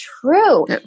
true